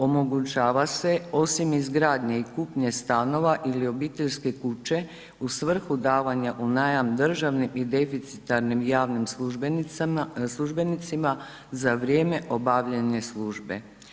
Omogućava se osim izgradnje i kupnje stanova ili obiteljske kuće u svrhu davanja u najam državnim i deficitarnim javnim službenicima za vrijeme obavljanje službe.